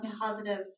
positive